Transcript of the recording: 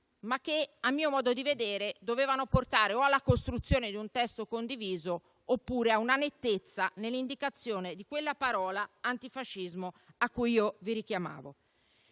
ma che a mio modo di vedere dovevano portare o alla costruzione di un testo condiviso oppure a una nettezza nell'indicazione di quella parola ("antifascismo") a cui vi richiamavo.